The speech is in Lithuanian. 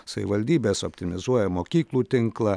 savivaldybės optimizuoja mokyklų tinklą